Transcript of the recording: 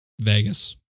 vegas